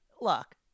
look